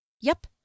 Yep